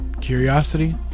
curiosity